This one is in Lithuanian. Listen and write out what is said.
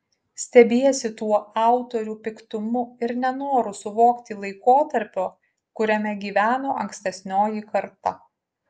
stebiesi tuo autorių piktumu ir nenoru suvokti laikotarpio kuriame gyveno ankstesnioji karta